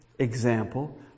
Example